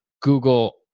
Google